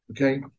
okay